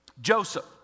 Joseph